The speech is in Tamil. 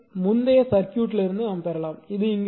இதை முந்தைய சர்க்யூட்லிருந்து பெறலாம்